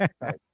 Right